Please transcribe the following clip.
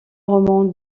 roman